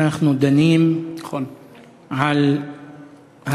כאשר אנחנו דנים על הריגתם